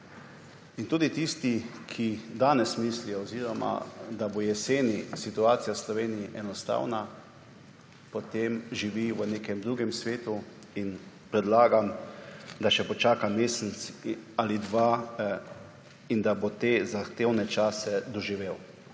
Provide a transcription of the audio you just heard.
In tudi tisti, ki danes mislijo oziroma da bo jeseni situacija v Sloveniji enostavna, potem živi v nekem drugem svetu in predlagam, da še počaka mesec ali dva in da bo te zahtevne čase doživel.